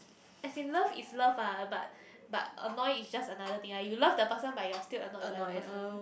as in love is love ah but but annoy is just another thing ah you love that person but you're still annoyed by that person